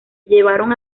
llevaron